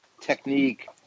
technique